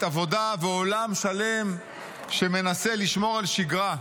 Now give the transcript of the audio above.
עבודה ועולם שלם שמנסה לשמור על שגרה".